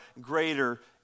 greater